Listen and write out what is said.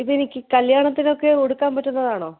ഇതെനിക്ക് കല്യാണത്തിനൊക്കെ ഉടുക്കാൻ പറ്റുന്നതാണോ